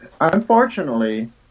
unfortunately